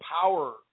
power